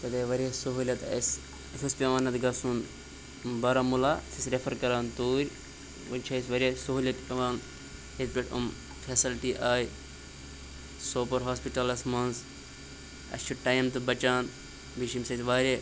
تتہِ آیہِ واریاہ سہوٗلیت اَسہِ اَسہِ اوس پٮ۪وان نَتہٕ گژھُن بارہمولہ اَسہِ ٲسۍ رٮ۪فر کَران توٗرۍ وۄنۍ چھِ اَسہِ واریاہ سہوٗلیت پٮ۪وان ییٚتہِ پٮ۪ٹھ یِم فیسَلٹی آے سوپور ہاسپِٹَلَس منٛز اَسہِ چھُ ٹایم تہِ بَچان بیٚیہِ چھِ ییٚمہِ سۭتۍ واریاہ